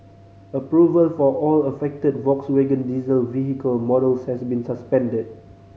approval for all affected Volkswagen diesel vehicle models has been suspended